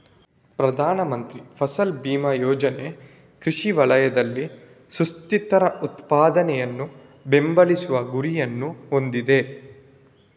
ಪ್ರಧಾನ ಮಂತ್ರಿ ಫಸಲ್ ಬಿಮಾ ಯೋಜನೆ ಕೃಷಿ ವಲಯದಲ್ಲಿ ಸುಸ್ಥಿರ ಉತ್ಪಾದನೆಯನ್ನು ಬೆಂಬಲಿಸುವ ಗುರಿಯನ್ನು ಹೊಂದಿದೆ